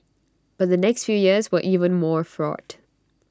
but the next few years were even more fraught